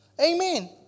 Amen